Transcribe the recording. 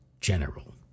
General